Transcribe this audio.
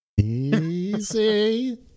Easy